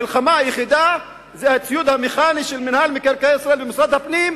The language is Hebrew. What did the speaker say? המלחמה היחידה זה הציוד המכני של מינהל מקרקעי ישראל ומשרד הפנים,